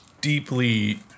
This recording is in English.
deeply